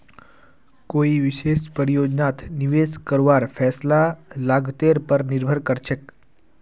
कोई विशेष परियोजनात निवेश करवार फैसला लागतेर पर निर्भर करछेक